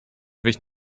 wyjść